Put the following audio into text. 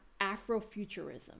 Afrofuturism